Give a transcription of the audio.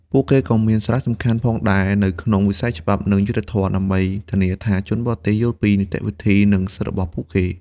ពួកគេក៏មានសារៈសំខាន់ផងដែរនៅក្នុងវិស័យច្បាប់ និងយុត្តិធម៌ ដើម្បីធានាថាជនបរទេសយល់ពីនីតិវិធី និងសិទ្ធិរបស់ពួកគេ។